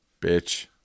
bitch